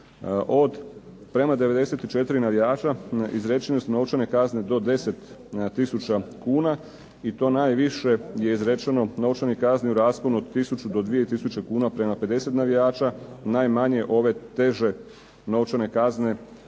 Prema 94 navijača izrečene su novčane kazne do 10 tisuća kuna i to najviše je izrečeno novčanih kazni u rasponu od 1000 do 2000 kuna prema 50 navijača, najmanje ove teže novčane kazne